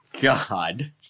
God